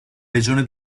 legione